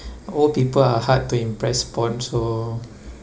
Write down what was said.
old people are hard to impress upon so